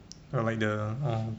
oh like the orh